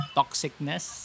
toxicness